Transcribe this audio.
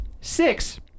six